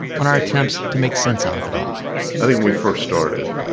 on our attempts to make sense out of it all i think when we first started,